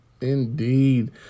Indeed